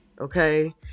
Okay